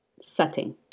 setting